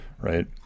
Right